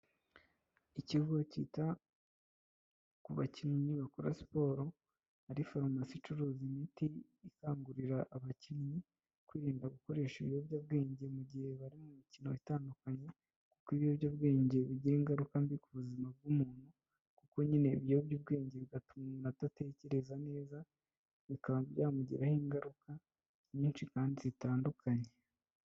Ikigo cyita ku bakinnyi bakora siporo ari farumasi icuruza imiti ikangurira abakinnyi kwirinda gukoresha ibiyobyabwenge mu gihe bari mu mikino itandukanye kuko ibiyobyabwenge bigira ingaruka mbi ku buzima bw'umuntu, kuko nyine ibiyobyabwenge bituma umuntu adatekereza neza bikaba byamugiraho ingaruka nyinshi kandi zitandukanye.